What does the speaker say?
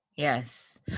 Yes